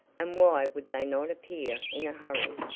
and why would they not appear in a hurry,